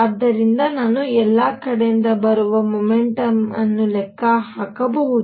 ಆದ್ದರಿಂದ ನಾನು ಎಲ್ಲಾ ಕಡೆಯಿಂದ ಬರುವ ಮೊಮೆಂಟಮ್ ಅನ್ನು ಲೆಕ್ಕ ಹಾಕಬಹುದು